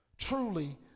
Truly